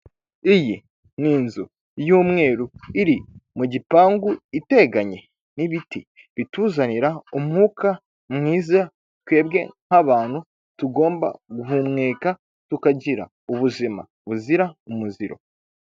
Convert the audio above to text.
Iyi ni inzu y'umweru iri mu gipangu iteganye n'ibiti bituzanira umwuka mwiza, twebwe nk'abantu tugomba guhumeka tukagira ubuzima buzira umuziro.